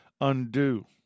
undo